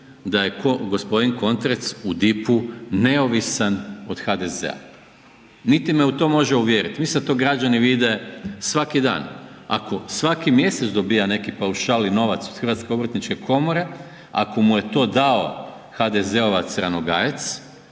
da je gospodin Kontrec u DIP-u neovisan od HDZ-a, niti me u to može uvjeriti. Mislim da to građani vide svaki dan, ako svaki mjesec dobija neki paušal i novac od Hrvatske obrtničke komore, ako mu je to dao HDZ-ovac Ranogajec